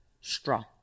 Straw